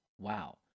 Wow